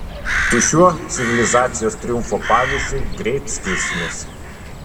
su šiuo civilizacijos triumfo pavyzdžiu greit skirsimės